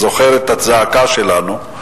זוכר את הזעקה שלנו?